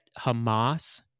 Hamas